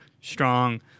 strong